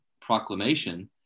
proclamation